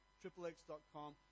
triplex.com